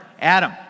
Adam